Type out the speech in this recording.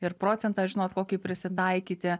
ir procentą žinot kokį prisitaikyti